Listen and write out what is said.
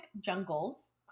jungles